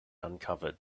uncovered